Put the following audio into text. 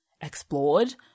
explored